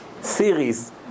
series